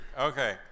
Okay